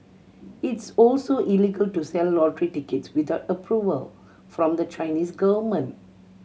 it's also illegal to sell lottery tickets without approval from the Chinese government